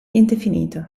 indefinito